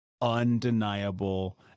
undeniable